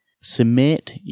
submit